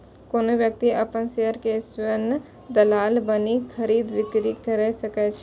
कोनो व्यक्ति अपन शेयर के स्वयं दलाल बनि खरीद, बिक्री कैर सकै छै